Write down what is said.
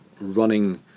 running